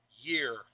year